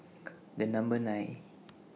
The Number nine